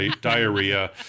diarrhea